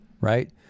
Right